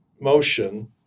motion